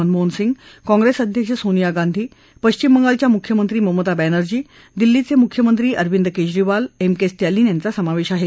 मनमोहन सिंग कॉप्रेस अध्यक्ष सोनिया गांधी पक्षिम बंगालच्या मुख्यमंत्री ममता बॅनर्जी दिल्लीचे मुख्यमंत्री अरविद केजरीवाल एम के स्टॅलिन यांचा समावेश आहे